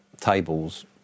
tables